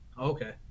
Okay